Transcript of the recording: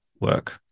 work